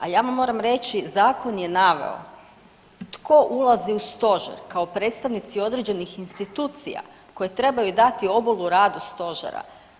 A ja vam moram reći, zakon je naveo tko ulazi u Stožer kao predstavnici određenih institucija koje trebaju dati obol u radu Stožera.